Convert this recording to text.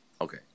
Okay